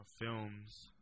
films